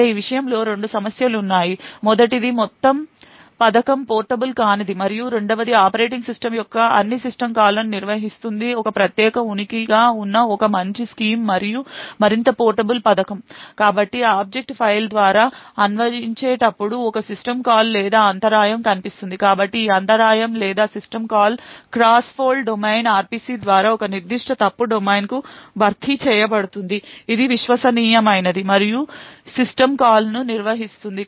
అయితే ఈ విషయంలో రెండు సమస్యలు ఉన్నాయి మొదటిది మొత్తం పథకం పోర్టబుల్ కానిది మరియు రెండవది ఆపరేటింగ్ సిస్టమ్ యొక్క అన్ని సిస్టమ్ కాల్లను నిర్వహిస్తుంది ఒక ప్రత్యేక ఉనికిగా ఉన్న ఒక మంచి స్కీమ్ మరియు మరింత పోర్టబుల్ పథకం కాబట్టి ఆబ్జెక్ట్ ఫైల్ ద్వారా అన్వయించేటప్పుడు ఒక సిస్టమ్ కాల్ లేదా అంతరాయం కనిపిస్తుంది కాబట్టి ఈ అంతరాయం లేదా system call cross Fault domain RPC ద్వారా ఒక నిర్దిష్ట ఫాల్ట్ డొమైన్కు భర్తీ చేయబడుతుంది ఇది విశ్వసనీయమైనది మరియు సిస్టమ్ కాల్లను నిర్వహిస్తుంది